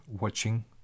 watching